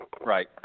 Right